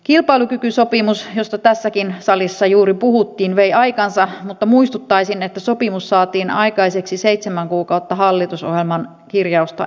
kilpailukykysopimus josta tässäkin salissa juuri puhuttiin vei aikansa mutta muistuttaisin että sopimus saatiin aikaiseksi seitsemän kuukautta hallitusohjelman kirjausta etuajassa